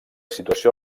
situació